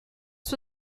suo